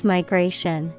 Migration